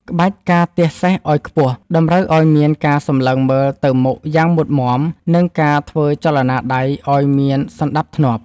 ក្បាច់ ការទះសេះឱ្យខ្ពស់ តម្រូវឱ្យមានការសម្លឹងមើលទៅមុខយ៉ាងមុតមាំ និងការធ្វើចលនាដៃឱ្យមានសណ្ដាប់ធ្នាប់។